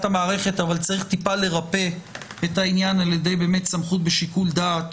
המערכת אבל צריך טיפה לרפא את העניין על ידי סמכות בשיקול דעת